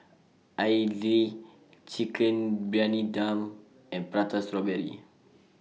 Idly Chicken Briyani Dum and Prata Strawberry